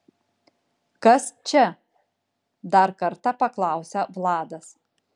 kas čia dar kartą paklausia vladas